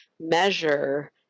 measure